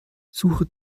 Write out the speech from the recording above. suche